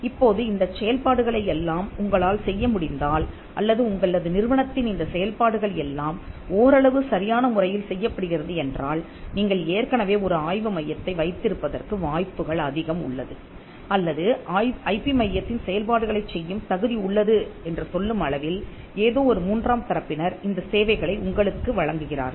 இப்போது இந்தச் செயல்பாடுகளை எல்லாம் உங்களால் செய்யமுடிந்தால் அல்லது உங்களது நிறுவனத்தின் இந்த செயல்பாடுகள் எல்லாம் ஓரளவு சரியான முறையில் செய்யப்படுகிறது என்றால் நீங்கள் ஏற்கனவே ஒரு ஆய்வு மையத்தை வைத்திருப்பதற்கு வாய்ப்புகள் அதிகம் உள்ளது அல்லது ஐபி மையத்தின் செயல்பாடுகளைச் செய்யும் தகுதி உள்ளது என்று சொல்லும் அளவில் ஏதோ ஒரு மூன்றாம் தரப்பினர் இந்த சேவைகளை உங்களுக்கு வழங்குகிறார்கள்